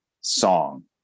song